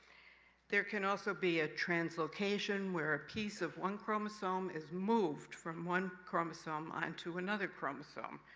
there can also be a translocation, where a piece of one chromosome is moved from one chromosome on to another chromosome.